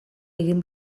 egin